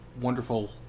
wonderful